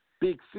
Big